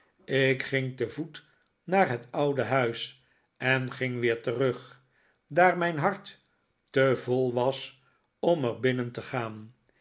ik ging te voet naar het oude huis en ging weer terug daar mijn hart te vol was om er binnen te gaan